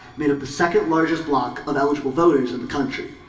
made up the second largest block of eligible voters in the country.